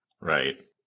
Right